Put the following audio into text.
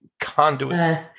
conduit